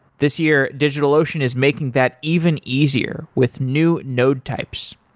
this year, digitalocean is making that even easier with new node types.